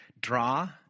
draw